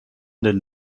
den